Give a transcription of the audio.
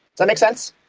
that make sense?